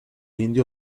indio